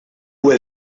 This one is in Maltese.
huwa